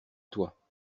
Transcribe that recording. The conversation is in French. toi